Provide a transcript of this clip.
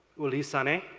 ouli sani.